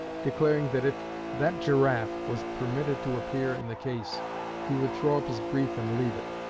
declaring that if that giraffe was permitted to appear in the case he would throw up his brief and leave it.